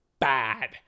Bad